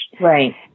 Right